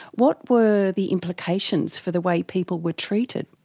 what were the implications for the way people were treated?